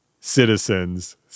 citizens